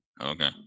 Okay